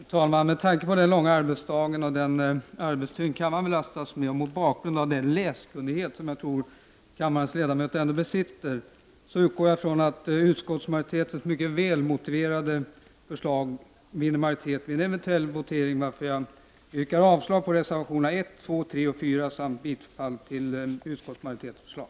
Fru talman! Med tanke på den långa arbetsdagen och den arbetstyngd kammaren belastas med samt mot bakgrund av den läskunnighet som jag tror kammarens ledamöter besitter fattar jag mig kort. Jag utgår från att utskottsmajoritetens mycket väl motiverade förslag vinner majoritet vid en 181 eventuell omröstning, varför jag yrkar avslag på reservationerna 1, 2, 3 och 4 samt bifall till utskottsmajoritetens förslag.